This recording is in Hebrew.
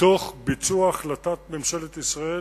תוך ביצוע החלטת ממשלת ישראל,